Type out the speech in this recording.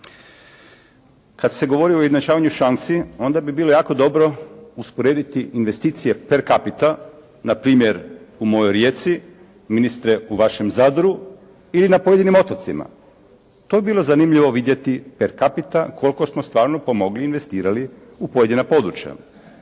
Kada se govori ujednačavanju šanci, onda bi bilo jako dobro usporediti investicije per capital, npr. u mojoj Rijeci, ministre u vašem Zadru ili na pojedinim otocima, to bi bilo zanimljivo vidjeti per capital, koliko smo stvarno pomogli, investirali u pojedina područja.